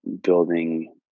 building